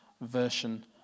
version